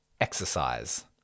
exercise